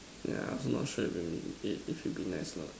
yeah I'm also not sure if it if it'll be nice or not